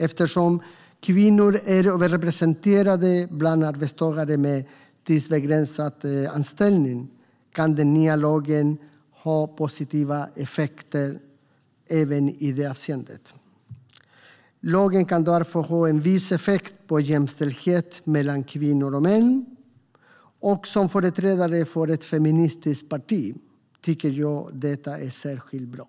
Eftersom kvinnor är överrepresenterade bland arbetstagare med tidsbegränsad anställning kan den nya lagen ha positiva effekter även i det avseendet. Lagen kan därför ha en viss effekt på jämställdhet mellan kvinnor och män. Som företrädare för ett feministiskt parti tycker jag att det är särskilt bra.